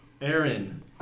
Aaron